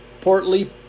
portly